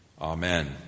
Amen